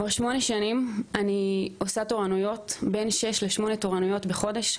כבר שמונה שנים אני עושה תורנויות בין 6 ל-8 תורנויות בחודש.